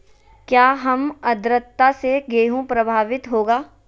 क्या काम आद्रता से गेहु प्रभाभीत होगा?